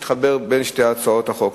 נחבר בין שתי הצעות החוק.